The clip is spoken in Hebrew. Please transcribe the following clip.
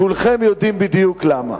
כולכם יודעים בדיוק למה.